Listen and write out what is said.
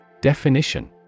Definition